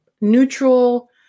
neutral